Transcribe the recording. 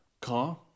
car